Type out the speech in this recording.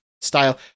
style